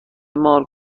مارک